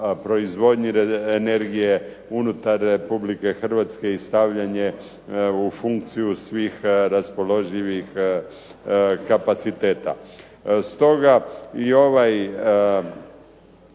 proizvodnji energije unutar RH i stavljanje u funkciju svih raspoloživih kapaciteta. Stoga i ovaj